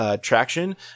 Traction